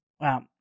Wow